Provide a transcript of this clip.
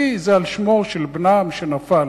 כי זה על שמו של בנם שנפל.